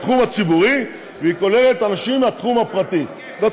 בתחום הציבורי, והיא כוללת אנשים מהתחום הפרטי.